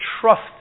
trust